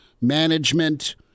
management –